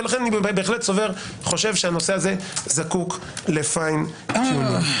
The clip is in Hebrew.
לכן אני חושב שהנושא הזה זקוק לפיין טיונינג.